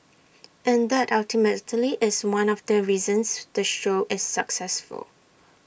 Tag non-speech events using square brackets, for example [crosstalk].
and that [unintelligible] is one of the reasons the show is successful